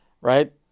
Right